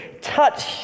touch